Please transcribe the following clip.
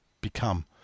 become